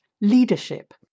leadership